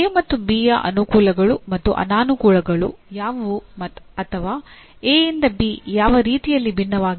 A ಮತ್ತು B ಯ ಅನುಕೂಲಗಳು ಮತ್ತು ಅನಾನುಕೂಲಗಳು ಯಾವುವು ಅಥವಾ ಎ ಯಿಂದ ಬಿ ಯಾವ ರೀತಿಯಲ್ಲಿ ಭಿನ್ನವಾಗಿದೆ